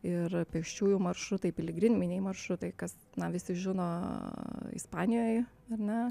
ir pėsčiųjų maršrutai piligriminiai maršrutai kas na visi žino ispanijoj ar ne